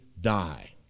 die